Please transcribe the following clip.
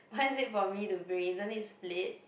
why is it for me to bring isn't it split